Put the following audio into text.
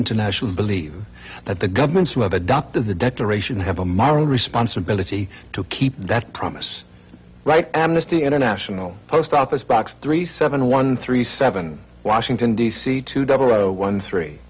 international believe that the governments who have adopted the declaration have a moral responsibility to keep that promise right amnesty international post office box three seven one three seven washington d c two double row one three